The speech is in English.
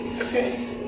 Okay